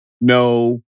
no